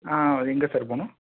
ஆ எங்கே சார் போகணும்